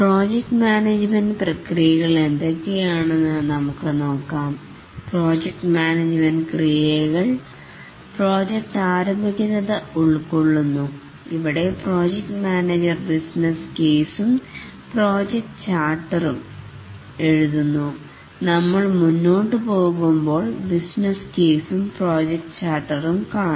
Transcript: project management പ്രക്രിയകൾ എന്തൊക്കെയാണെന്ന് നമുക്ക് നോക്കാം പ്രോജക്ട് മാനേജ്മെൻറ് ക്രിയകൾ പ്രൊജക്റ്റ് ആരംഭിക്കുന്നത് ഉൾക്കൊള്ളുന്നു ഇവിടെ പ്രോജക്ട് മാനേജർ ബിസിനസ് കേസും പ്രോജക്റ്റ് ചാർട്ടറും എഴുതുന്നു നമ്മൾ മുന്നോട്ടു പോകുമ്പോൾ ബിസിനസ് കേസും പ്രോജക്ട് ചാർട്ടറും കാണും